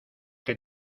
que